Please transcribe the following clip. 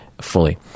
fully